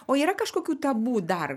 o yra kažkokių tabu dar